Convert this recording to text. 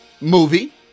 movie